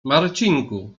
marcinku